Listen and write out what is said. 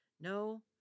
No